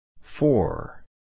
Four